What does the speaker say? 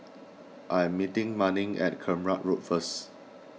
I am meeting Manning at Kramat Road first